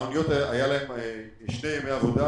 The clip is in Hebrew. לאוניות היו שני ימי עבודה,